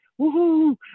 woohoo